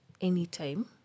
anytime